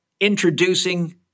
introducing